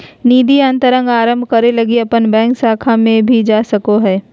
निधि अंतरण आरंभ करे लगी अपन बैंक शाखा में भी जा सको हो